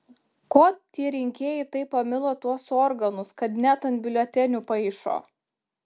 ko tie rinkėjai taip pamilo tuos organus kad net ant biuletenių paišo